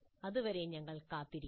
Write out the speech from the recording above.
അതുവരെ ഞങ്ങൾ കാത്തിരിക്കും